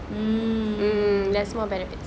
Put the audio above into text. um